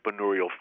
entrepreneurial